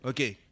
Okay